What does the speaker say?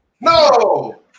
No